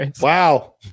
Wow